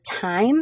time